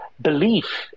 belief